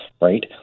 right